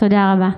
תודה רבה.)